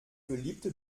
beliebte